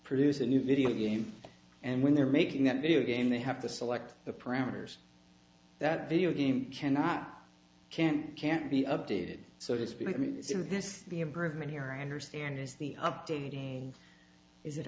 produce a new video game and when they're making that video game they have to select the parameters that video game cannot can can't be updated so to speak i mean some of this the improvement here i understand is the updating is it